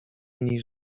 ani